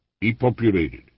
depopulated